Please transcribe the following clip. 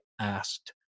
asked